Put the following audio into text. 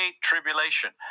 tribulation